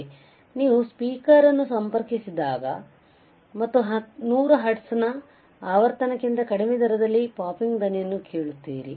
ಆದ್ದರಿಂದ ನೀವು ಸ್ಪೀಕರ್ ಅನ್ನು ಸಂಪರ್ಕಿಸಿದಾಗ ಮತ್ತು 100 ಹರ್ಟ್ಜ್ನ ಆವರ್ತನಕ್ಕಿಂತ ಕಡಿಮೆ ದರದಲ್ಲಿ ಪಾಪಿಂಗ್ ಧ್ವನಿಯನ್ನು ಕೇಳುತ್ತೀರಿ